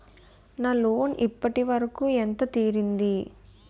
నా లోన్ ఇప్పటి వరకూ ఎంత తీరింది?